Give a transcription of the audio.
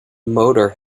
motor